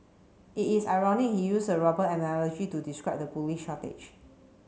it is ironic he used a robber analogy to describe the police shortage